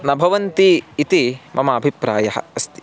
न भवन्ति इति मम अभिप्रायः अस्ति